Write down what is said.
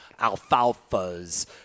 Alfalfas